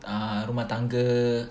uh rumah tangga